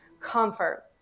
comfort